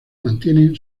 mantienen